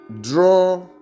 draw